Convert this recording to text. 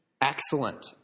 Excellent